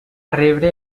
rebre